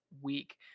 week